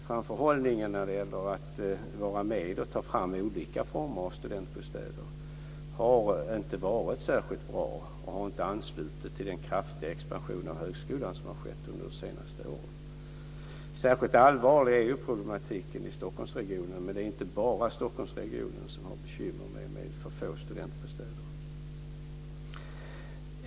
Framförhållningen när det gäller att ta fram olika former av studentbostäder har varit bristande och inte anslutit till den kraftiga expansion av högskolan som skett under de senaste åren. Särskilt allvarlig är problematiken i Stockholmsregionen. Men det är inte bara Stockholmsregionen som har bekymmer med för få studentbostäder.